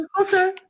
okay